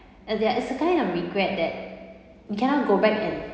ya it's a kind of regret that you cannot go back and